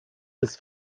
bis